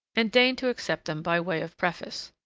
and deign to accept them by way of preface.